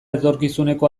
etorkizuneko